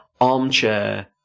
armchair